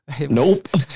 Nope